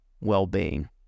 well-being